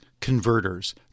converters